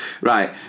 Right